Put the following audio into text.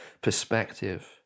perspective